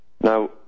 Now